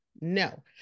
no